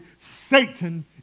Satan